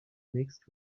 mixed